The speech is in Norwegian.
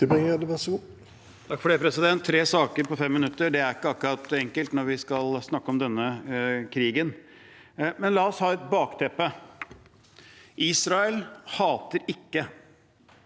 (FrP) Tre sa- ker på 5 minutter – det er ikke akkurat enkelt når vi skal snakke om denne krigen. Men la oss ha et bakteppe: Israel hater ikke.